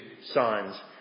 signs